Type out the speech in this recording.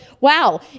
Wow